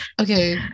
Okay